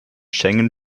schengen